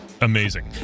amazing